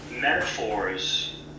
metaphors